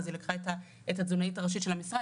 אז היא לקחה את התזונאית הראשית של המשרד,